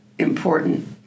important